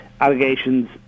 allegations